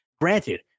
granted